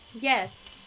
Yes